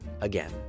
again